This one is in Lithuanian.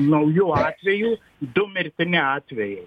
naujų atvejų du mirtini atvejai